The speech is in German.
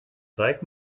zeig